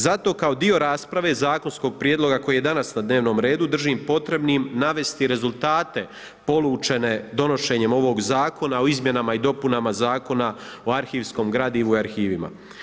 Zato kao dio rasprave zakonskog prijedloga koji je danas na dnevnom redu držim potrebnim navesti rezultate polučene donošenjem ovog Zakona o izmjenama i dopunama Zakona o arhivskom gradivu i arhivima.